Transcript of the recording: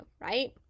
right